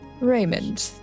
Raymond